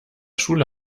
schule